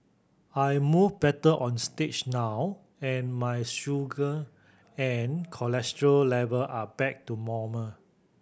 I move better on stage now and my sugar and cholesterol level are back to normal